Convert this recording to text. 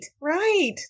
Right